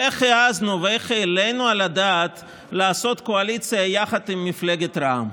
אתה עושה צחוק, תלכו לבחירות עכשיו.